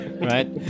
Right